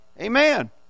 Amen